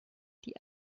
die